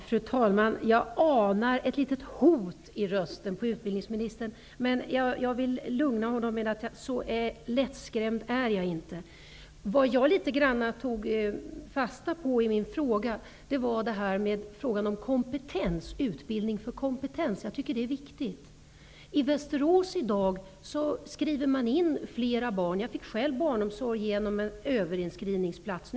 Fru talman! Jag anar ett litet hot i utbildningsministerns röst. Men jag vill lugna honom. Så lättskrämd är jag inte. Vad jag tog fasta på i min fråga var talet om utbildning för kompetens. Jag tycker att det är viktigt. I Västerås i dag skriver man in flera barn -- jag fick själv barnomsorg genom en överinskrivningsplats.